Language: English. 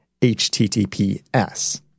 HTTPS